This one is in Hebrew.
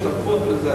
השתתפות.